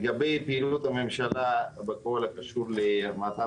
לגבי פעילות הממשלה בפועל שקשור למתן